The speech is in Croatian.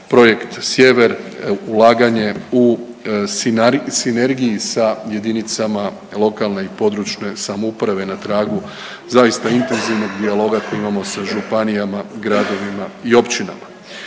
projekt Sjever, ulaganje u sinergiji sa jedinicama lokalne i područne samouprave na tragu zaista intenzivnog dijaloga koji imamo sa županijama, gradovima i općinama.